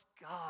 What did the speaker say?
God